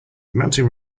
mountain